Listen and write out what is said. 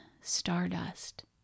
stardust